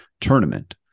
tournament